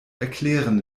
erklären